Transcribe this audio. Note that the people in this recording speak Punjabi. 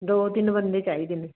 ਦੋ ਤਿੰਨ ਬੰਦੇ ਚਾਹੀਦੇ ਨੇ